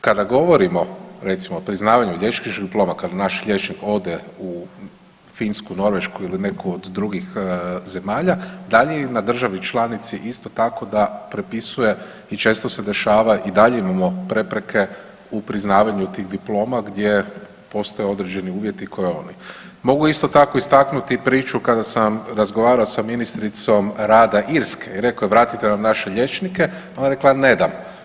Kada govorimo recimo o priznavanju liječničkih diploma, kad naše liječnik ode u Finsku, Norvešku ili neku od drugih zemalja, da li je na državi članici isto tako da prepisuje i često se dešava i dalje imamo prepreke u priznavanju tih diploma gdje postoje određeni uvjeti … [[Govornik se ne razumije]] Mogu isto tako istaknuti priču kada sam razgovarao sa ministricom rada Irske i rekao joj vratite nam naše liječnike, ona je rekla ne dam.